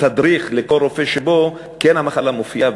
תדריך לכל רופא שבו המחלה כן מופיעה,